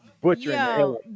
butchering